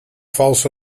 valse